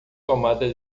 tomada